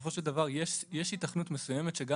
שבסופו של דבר יש היתכנות מסוימת שגם